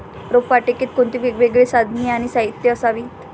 रोपवाटिकेत कोणती वेगवेगळी साधने आणि साहित्य असावीत?